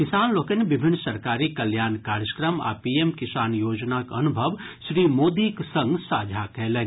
किसान लोकनि विभिन्न सरकारी कल्याण कार्यक्रम आ पीएम किसान योजनाक अनुभव श्री मोदीक संग साझा कयलनि